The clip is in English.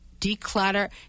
Declutter